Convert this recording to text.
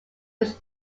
was